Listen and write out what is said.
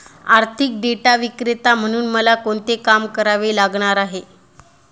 आर्थिक डेटा विक्रेता म्हणून मला कोणते काम करावे लागणार आहे?